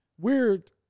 Weird